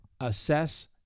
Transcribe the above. Assess